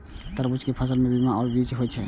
तरबूज के फल मे बहुत बीया या बीज होइ छै